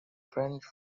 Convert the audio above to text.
french